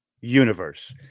Universe